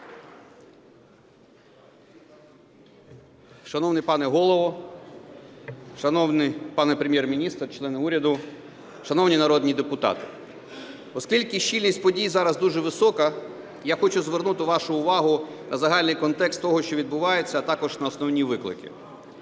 Шановний пане Голово, шановний пане Прем'єр-міністр, члени уряду, шановні народні депутати! Оскільки щільність подій зараз дуже висока, я хочу звернути вашу увагу на загальний контекст того, що відбувається, а також на основні виклики.